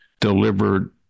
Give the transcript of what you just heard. delivered